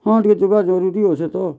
ହଁ ଟିକେ ଯିବାର୍ ଜରୁରୀ ଅଛେତ